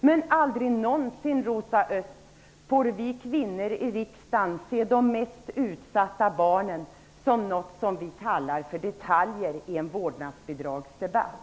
Men vi kvinnor i riksdagen får aldrig någonsin se de mest utsatta barnen som detaljer i en vårdnadsbidragsdebatt,